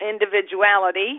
individuality